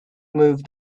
move